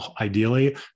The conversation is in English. ideally